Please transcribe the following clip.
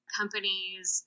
companies